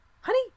Honey